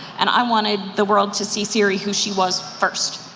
and i wanted the world to see ciri, who she was first.